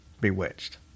bewitched